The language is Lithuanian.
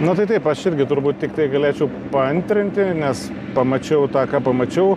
nu tai taip aš irgi turbūt tiktai galėčiau paantrinti nes pamačiau tą ką pamačiau